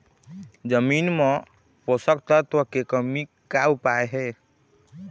जमीन म पोषकतत्व के कमी का उपाय हे?